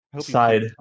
Side